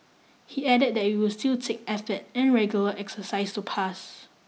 he added that it will still take effort and regular exercise to pass